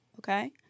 Okay